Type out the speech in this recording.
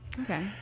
Okay